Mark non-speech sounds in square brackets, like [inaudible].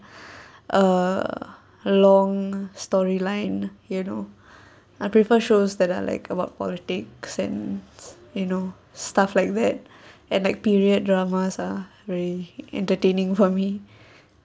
[breath] uh a long story-line you know [breath] I prefer shows that are like about politics and you know stuff like that and like period dramas are very entertaining for me [breath]